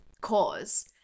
cause